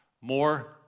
more